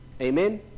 Amen